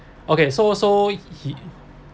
okay so so he